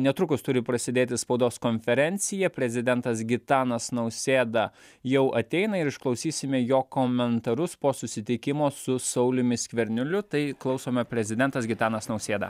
netrukus turi prasidėti spaudos konferencija prezidentas gitanas nausėda jau ateina ir išklausysime jo komentarus po susitikimo su sauliumi skverneliu tai klausome prezidentas gitanas nausėda